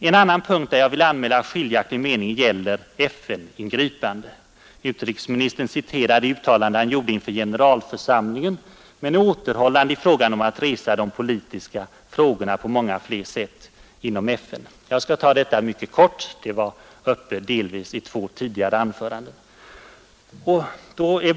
En annan punkt där jag vill anmäla skiljaktig mening gäller FN-ingripande, Utrikesministern citerar det uttalande han gjorde inför generalförsamlingen men är återhållsam när det gäller att resa de politiska frågorna på många fler sätt inom FN. Jag skall beröra detta helt kort — det har delvis tagits upp i två tidigare anföranden.